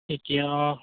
এতিয়া অঁ